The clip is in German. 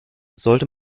sollte